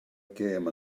gêm